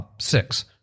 six